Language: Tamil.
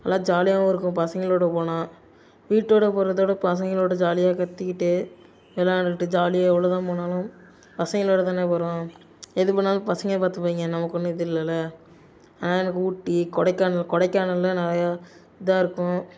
நல்லா ஜாலியாகவும் இருக்கும் பசங்களோடய போனால் வீட்டோடய போகிறதோட பசங்களோடய ஜாலியாக கத்திக்கிட்டு விளாண்டுக்கிட்டு ஜாலியாக எவ்வளோதான் போனாலும் பசங்களோடய தானே போகிறோம் எது பண்ணாலும் பசங்க பார்த்துப்பாய்ங்க நமக்கு ஒன்றும் இது இல்லைல்ல அதனால் எனக்கு ஊட்டி கொடைக்கானல் கொடைக்கானலில் நிறையா இதாக இருக்கும்